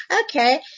Okay